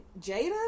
Jada